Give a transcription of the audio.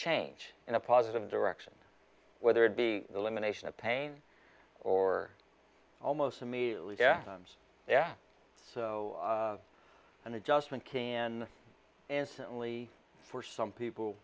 change in a positive direction whether it be elimination of pain or almost immediately fms yeah so an adjustment can instantly for some people